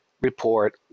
report